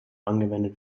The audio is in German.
angewendet